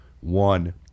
one